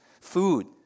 food